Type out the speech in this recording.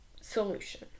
solution